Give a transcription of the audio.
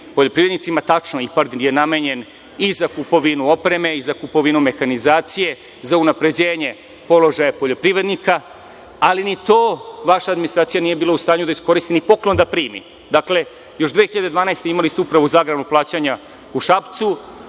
poljoprivrednicima. Tačno je, IPARD je namenjen i za kupovinu opreme i za kupovinu mehanizacije, za unapređenje položaja poljoprivrednika, ali ni to vaša administracija nije bila u stanju da iskoristi, ni poklon da primi. Dakle, još 2012. godine imali ste Upravu za agrarna plaćanja u Šapcu,